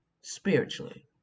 spiritually